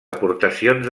aportacions